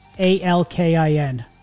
A-L-K-I-N